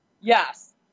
Yes